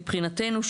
מבחינתנו,